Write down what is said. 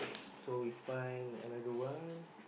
so we find another one